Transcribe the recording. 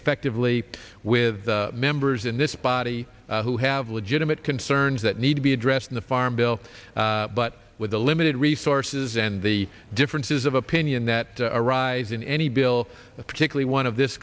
effectively with members in this body who have legitimate concerns that need to be addressed in the farm bill but with the limited resources and the differences of opinion that arise in any bill particularly one of this